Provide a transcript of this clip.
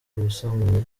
ubusambanyi